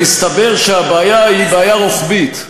מסתבר שהבעיה היא בעיה רוחבית.